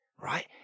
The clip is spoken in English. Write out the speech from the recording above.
Right